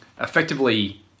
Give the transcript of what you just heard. Effectively